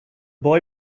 boy